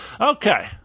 Okay